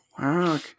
wow